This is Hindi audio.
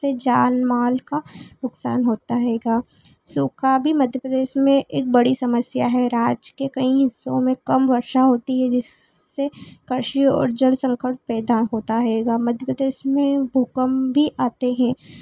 जान माल का नुकसान होता रहेगा सूखा भी मध्य प्रदेश में एक बड़ी समस्या है राज्य के कई हिस्सों में कम वर्षा होती है जिससे काशी और जल संकट पैदा होता रहेगा मध्य प्रदेश में भूकंप भी आते हैं